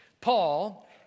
Paul